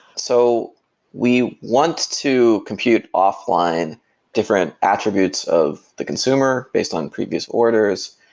so we want to compute offline different attributes of the consumer based on previous orders,